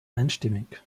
einstimmig